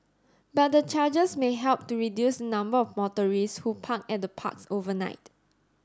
but the charges may help to reduce the number of motorists who park at the parks overnight